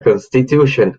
constitution